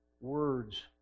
words